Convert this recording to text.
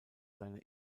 seine